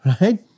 Right